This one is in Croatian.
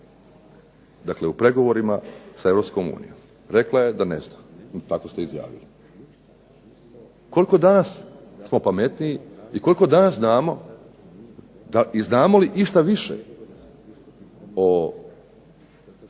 dakle u pregovorima sa Europskom unijom, rekla je da ne zna, tako ste izjavili. Koliko danas smo pametniji i koliko danas znamo, da znamo li išta više o